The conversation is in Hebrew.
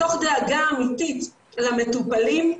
מתוך דאגה אמיתית למטופלים,